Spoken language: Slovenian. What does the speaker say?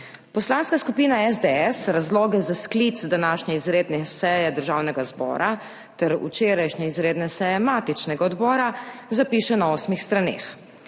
Poslanska skupina SDS razloge za sklic današnje izredne seje Državnega zbora ter včerajšnje izredne seje matičnega odbora zapiše na osmih straneh,